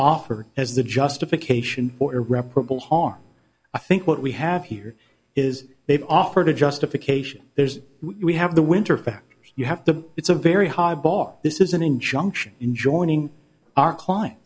offered as the justification for irreparable harm i think what we have here is they've offered a justification there's we have the winter for you have to it's a very high bar this is an injunction in joining our clients